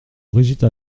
brigitte